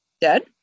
Dead